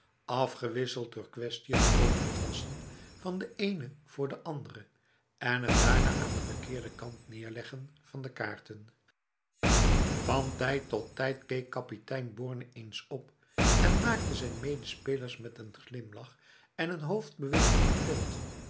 afgewisseld door kwestiën over het wassen van de ene voor de andere en het daarna aan de verkeerde kant neerleggen van de kaarten van tijd tot tijd keek kapitein borne eens op en maakte zijn medespelers met een glimlach en een hoofdbeweging attent